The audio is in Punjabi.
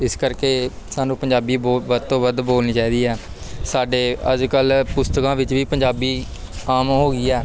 ਇਸ ਕਰਕੇ ਸਾਨੂੰ ਪੰਜਾਬੀ ਬਹੁਤ ਵੱਧ ਤੋਂ ਵੱਧ ਬੋਲਣੀ ਚਾਹੀਦੀ ਹੈ ਸਾਡੇ ਅੱਜ ਕੱਲ੍ਹ ਪੁਸਤਕਾਂ ਵਿੱਚ ਵੀ ਪੰਜਾਬੀ ਆਮ ਹੋ ਗਈ ਹੈ